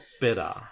better